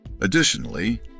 Additionally